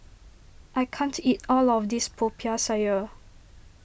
I can't eat all of this Popiah Sayur